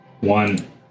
one